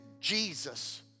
Jesus